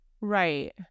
Right